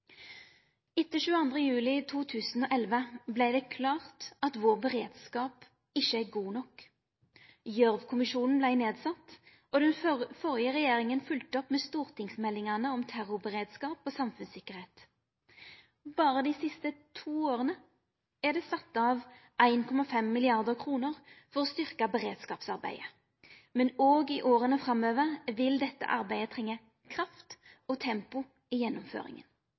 Etter 22. juli 2011 vart det klart at vår beredskap ikkje er god nok. Gjørv-kommisjonen vart sett ned, og den førre regjeringa følgde opp med stortingsmeldingane om terrorberedskap og samfunnstryggleik. Berre dei siste to åra er det sette av 1,5 mrd. kr for å styrkja beredskapsarbeidet. Men òg i åra framover vil dette arbeidet trenga kraft og tempo i gjennomføringa.